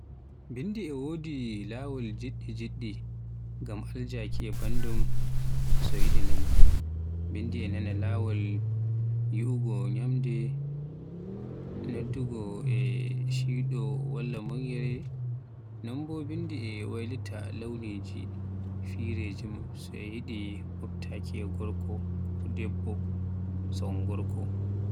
Binndi e wodi laawol jeɗɗi-jeɗɗi ngam aljaaki e bandum so yiɗi non. Binndi e nana laawol yi'ugo ñyamde, neddugi e cuuyɗo walla moyyere. Non bo binndi e waylita launiji fireji mum so e yiɗi mobtaaki e gorko ko debbo so un gorko.